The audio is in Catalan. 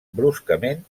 bruscament